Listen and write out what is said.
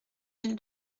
mille